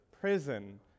prison